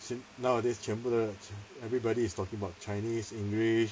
nowadays 全部的人 everybody is talking about chinese english